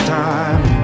time